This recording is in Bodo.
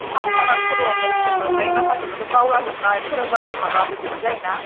हाबथारा खर'आवनो इसेबो ओमफ्राय माखासेखौथ' बावलाजोबनाय फोरोंबाबो हाबा बेबादि जायो ना